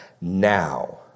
now